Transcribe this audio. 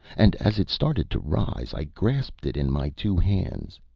and as it started to rise i grasped it in my two hands.